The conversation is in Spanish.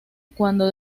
cuando